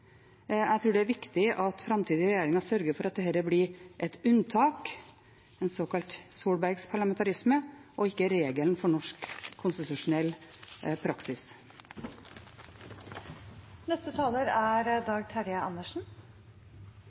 Jeg tror at det er viktig at framtidige regjeringer sørger for at dette blir et unntak, en såkalt solbergsk parlamentarisme, og ikke regelen for norsk konstitusjonell praksis.